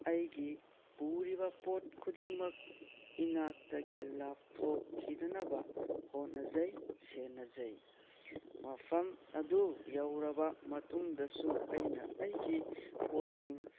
ꯑꯩꯒꯤ ꯄꯨꯔꯤꯕ ꯄꯣꯠ ꯈꯨꯗꯤꯡꯃꯛ ꯏꯅꯥꯛꯇꯒꯤ ꯂꯥꯞꯊꯣꯛꯈꯤꯗꯅꯕ ꯍꯣꯠꯅꯖꯩ ꯁꯦꯟꯅꯖꯩ ꯃꯐꯝ ꯑꯗꯨ ꯌꯧꯔꯕ ꯃꯇꯨꯡꯗꯁꯨ ꯑꯩꯅ ꯑꯩꯒꯤ ꯄꯣꯠꯁꯤꯡ